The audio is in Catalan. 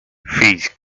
fills